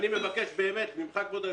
כבוד היושב-ראש,